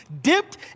dipped